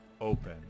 open